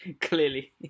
Clearly